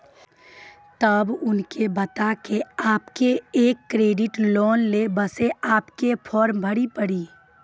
तब उनके बता के आपके के एक क्रेडिट लोन ले बसे आपके के फॉर्म भरी पड़ी?